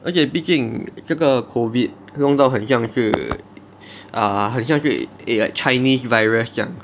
而且毕竟这个 COVID 弄到很像是 err 很像是 is like chinese virus 这样